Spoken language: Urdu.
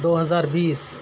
دو ہزار بیس